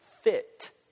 fit